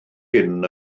hyn